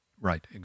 Right